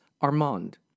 Armand